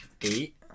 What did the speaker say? Eight